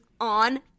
on